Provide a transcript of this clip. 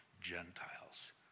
Gentiles